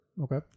Okay